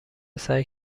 سعی